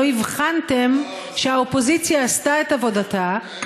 לא הבחנתם שהאופוזיציה עשתה את עבודתה,